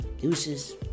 deuces